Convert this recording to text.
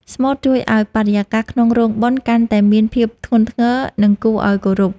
ស្មូតជួយឱ្យបរិយាកាសក្នុងរោងបុណ្យកាន់តែមានភាពធ្ងន់ធ្ងរ និងគួរឱ្យគោរព។